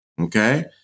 okay